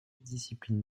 discipline